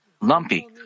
lumpy